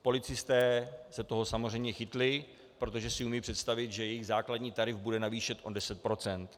Policisté se toho samozřejmě chytli, protože si umějí představit, že jejich základní tarif bude navýšen o 10 %.